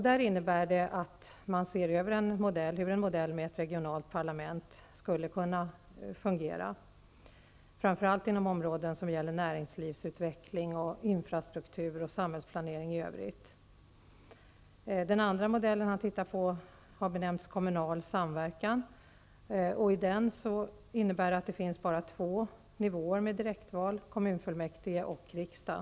Det innebär att man ser närmare på hur en modell med ett regionalt parlament skulle kunna fungera, framför allt inom områden som gäller näringslivsutveckling, infrastruktur och samhällsplanering i övrigt. Den andra modellen han undersöker har benämnts Kommunal samverkan. Den innebär att det finns bara två nivåer med direktval, kommunfullmäktige och riksdag.